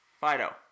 Fido